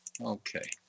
okay